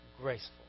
graceful